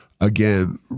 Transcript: again